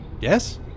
Yes